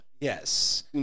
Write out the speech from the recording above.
Yes